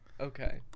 Okay